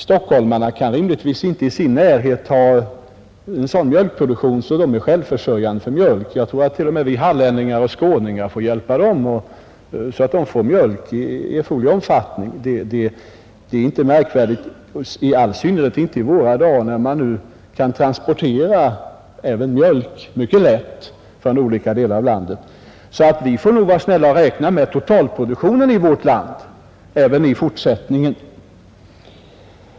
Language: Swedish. Stockholmarna kan rimligtvis inte i sin närhet ha sådan mjölkproduktion att de är självförsörjande. Jag tror t.o.m. att vi hallänningar och skåningar får hjälpa stockholmarna så att de får mjölk i erforderlig omfattning. Det är inte märkvärdigt, i all synnerhet inte i våra dagar när man nu kan transportera även mjölk mycket lätt från olika delar av landet. Vi får nog vara snälla och räkna med totalproduktionen i vårt land även i fortsättningen.